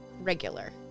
regular